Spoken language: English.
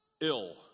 ill